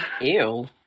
Ew